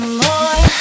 more